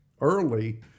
early